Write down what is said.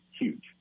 huge